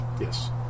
Yes